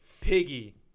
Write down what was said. Piggy